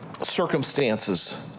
circumstances